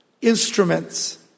instruments